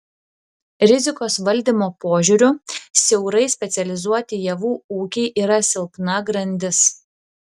rizikos valdymo požiūriu siaurai specializuoti javų ūkiai yra silpna grandis